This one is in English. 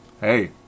Hey